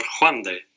Juande